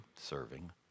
serving